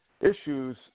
issues